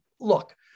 look